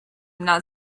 not